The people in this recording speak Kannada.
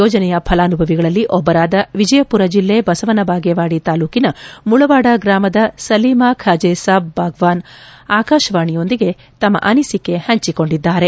ಯೋಜನೆಯ ಫಲಾನುಭವಿಗಳಲ್ಲಿ ಒಬ್ಬರಾದ ವಿಜಯಪುರ ಜಿಲ್ಲೆ ಬಸವನಭಾಗೇವಾಡಿ ತಾಲ್ಲೂಕಿನ ಮುಳವಾಡ ಗ್ರಾಮದ ಸಲೀಮ ಖಾಜೆಸಾಬ್ ಬಾಗವಾನ್ ಆಕಾಶವಾಣಿಯೊಂದಿಗೆ ತಮ್ನ ಅನಿಸಿಕೆ ಹಂಚಿಕೊಂಡಿದ್ದಾರೆ